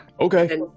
Okay